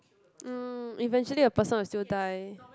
um eventually a person will still die